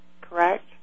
correct